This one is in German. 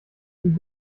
den